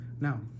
now